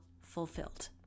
fulfilled